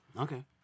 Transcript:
Okay